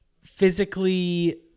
physically